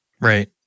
Right